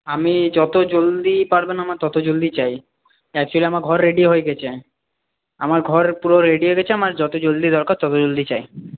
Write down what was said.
আমি যত জলদি পারবেন আমার তত জলদি চাই অ্যাকচুয়ালি আমার ঘর রেডি হয়ে গেছে আমার ঘর পুরো রেডি হয়ে গেছে আমার যত জলদি দরকার তত জলদি চাই